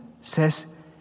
says